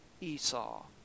Esau